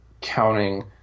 counting